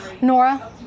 Nora